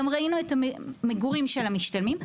גם ראינו את המגורים של המשתלמים,